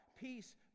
Peace